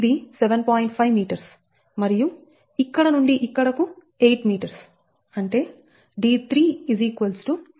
5m మరియు ఇక్కడ నుండి ఇక్కడకు 8m అంటే d3 82 7